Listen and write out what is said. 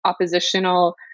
oppositional